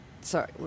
Sorry